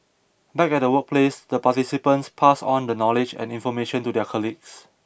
back at the workplace the participants pass on the knowledge and information to their colleagues